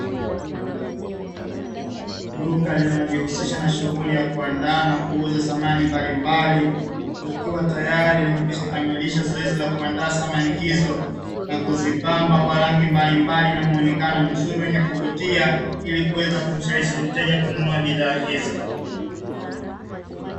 Duka linalojihusisha na shughuli ya kuandaa na kuuuza samani mbalimbali, likiwa tayari limekwisha kukamilisha zoezi la kuandaa samani hizo na kuzipamba kwa rangi mbalimbali na muonekano mzuri wenye kuvutia, ili kuweza kumshawishi mteja kununua bidhaa hizo.